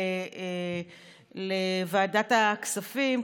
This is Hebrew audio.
לוועדת הכספים,